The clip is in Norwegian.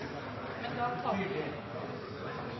Men da må vi tørre å ta